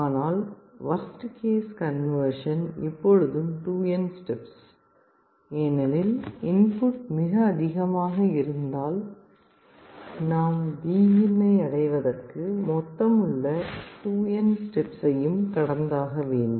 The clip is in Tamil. ஆனால் வொர்ஸ்ட் கேஸ் கன்வர்ஷன் இப்பொழுதும் 2n ஸ்டெப்ஸ் ஏனெனில் இன்புட் மிக அதிகமாக இருந்தால் நாம் Vin ஐ அடைவதற்கு மொத்தமுள்ள 2n ஸ்டெப்ஸையும் நடந்தாக வேண்டும்